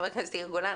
חבר הכנסת יאיר גולן,